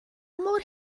mor